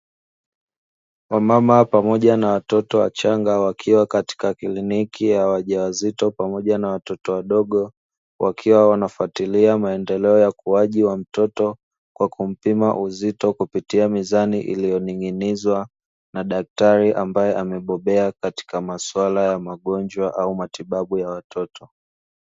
Wamama pamoja na watoto wachanga wakiwa katika kliniki ya wajawazito pamoja na watoto wadogo, wakiwa wanafatilia maendeleo ya ukuaji wa mtoto kwa kupima uzito kupitia mizani iliyoning'inizwa na daktari ambaye amebobea katika maswala ya magonjwa au matibabu ya watoto.